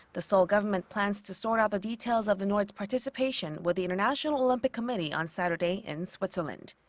the seoul government plans to sort out the details of the north's participation with the international olympic committee on saturday in switzerland.